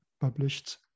published